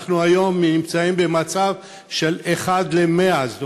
היום אנחנו נמצאים במצב של אחד ל-100,